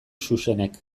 xuxenek